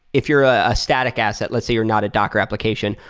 if you're a static asset, let's say you're not a docker application,